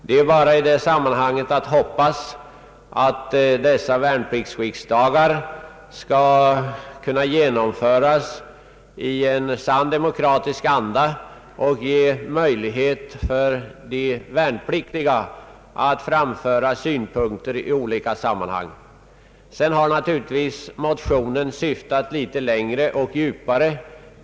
Det är bara i detta sammanhang att hoppas att värnpliktsriksdagarna skall kunna genomföras i en sann demokratisk anda och ge möjlighet för de värnpliktiga att framföra synpunkter på olika frågor. Motionen har dock naturligtvis därutöver syftat litet längre och djupare.